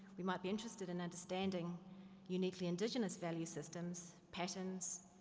we might be interested in understanding uniquely indigenous value systems, patterns,